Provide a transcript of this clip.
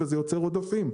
וזה יוצר עודפים.